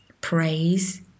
praise